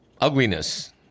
ugliness